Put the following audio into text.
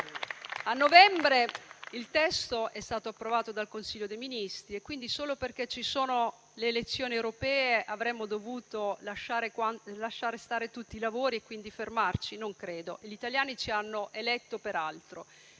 A novembre il testo è stato approvato dal Consiglio dei ministri e, solo perché ci sono le elezioni europee, avremmo dovuto lasciare stare tutti i lavori e fermarci? Non credo: gli italiani ci hanno eletto per altro.